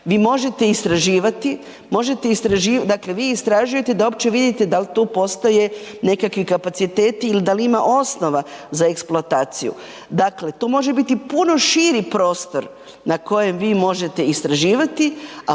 možete istraživati, dakle vi istražujete da uopće vidite da li tu postoje nekakvi kapaciteti ili da li ima osnova za eksploataciju. Dakle, to može biti puno širi prostor na kojem vi možete istraživati,